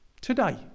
Today